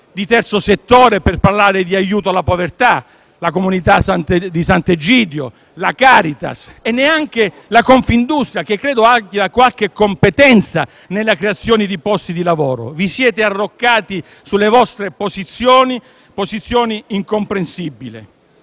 di terzo settore e aiuto alla povertà. Non avete ascoltato la Comunità di Sant'Egidio, la Caritas e neanche Confindustria, che credo abbia qualche competenza nella creazione di posti di lavoro. Vi siete arroccati nelle vostre posizioni incomprensibili.